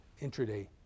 intraday